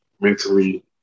mentally